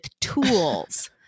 tools